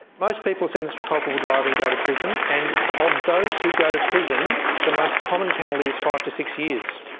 most people sentenced for culpable driving go to prison, and of those who go to prison the most common penalty is five to six years.